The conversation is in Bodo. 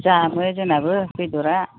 जामो जोंनाबो बेदरआ